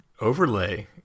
overlay